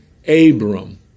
Abram